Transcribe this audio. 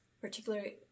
particularly